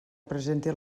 presenti